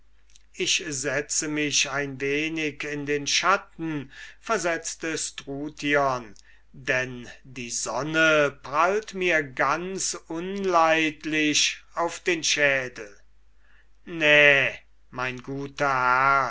ich setze mich ein wenig in den schatten versetzte struthion denn die sonne gibt mir ganz unleidlich auf den schädel nä mein guter herr